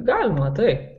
galima tai